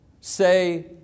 say